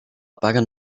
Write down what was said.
paguen